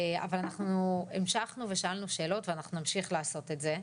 אבל אנחנו המשכנו ושאלנו שאלות ואנחנו נמשיך לעשות את זה,